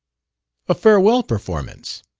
a farewell performance.